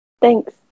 Thanks